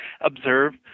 Observe